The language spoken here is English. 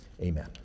Amen